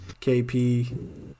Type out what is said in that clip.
KP